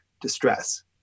distress